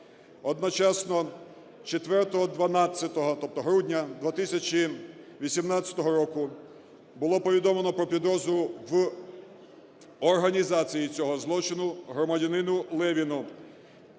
Одночасно 04.12, тобто грудня, 2018 року було повідомлено про підозру в організації цього злочину громадянинуЛевіну,